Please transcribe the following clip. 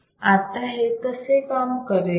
आता हे कसे काम करेल